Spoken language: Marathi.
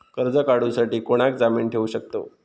कर्ज काढूसाठी कोणाक जामीन ठेवू शकतव?